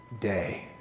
day